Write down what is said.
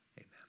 Amen